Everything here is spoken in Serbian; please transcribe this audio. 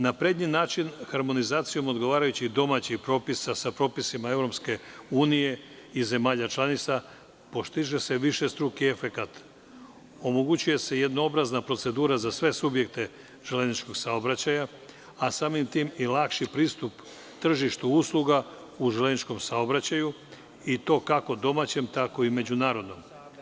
Na prednji način, harmonizacijom odgovarajućih domaćih propisa sa propisima EU i zemalja članica, postiže se višestruki efekat, omogućuje se jednoobrazna procedura za sve subjekte železničkog saobraćaja a samim tim i lakši pristup tržištu usluga u železničkom saobraćaju i to kako domaćem tako i međunarodnom.